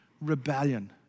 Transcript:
rebellion